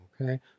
okay